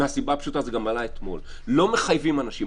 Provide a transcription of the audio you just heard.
מהסיבה הפשוטה וזה עלה גם אתמול שלא מחייבים אנשים.